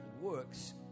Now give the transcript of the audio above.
works